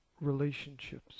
relationships